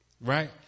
right